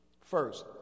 First